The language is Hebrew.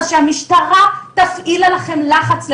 אז שהמשטרה תפעיל עליכם לחץ לחוקק.